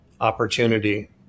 opportunity